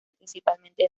principalmente